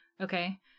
Okay